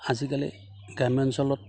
আজিকালি গ্ৰাম্য অঞ্চলত